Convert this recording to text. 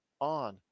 on